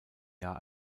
jahr